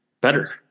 better